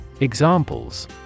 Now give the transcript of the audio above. Examples